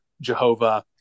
Jehovah